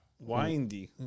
windy